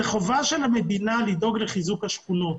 זאת חובה של המדינה לדאוג לחיזוק השכונות.